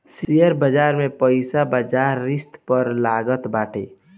share बाजार में पईसा बाजार रिस्क पअ लागत बाटे